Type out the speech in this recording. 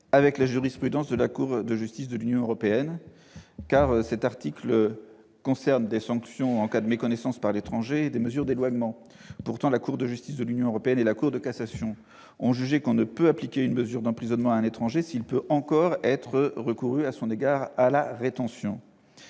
avec la jurisprudence de la Cour de justice de l'Union européenne. L'article 19 A prévoit des sanctions en cas de méconnaissance par un étranger d'une mesure d'éloignement. Pourtant, la Cour de justice de l'Union européenne et la Cour de cassation ont jugé qu'on ne peut appliquer une mesure d'emprisonnement à un étranger s'il peut encore être recouru à son égard à la rétention.